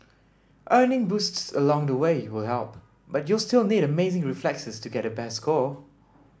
earning boosts along the way will help but you'll still need amazing reflexes to get the best score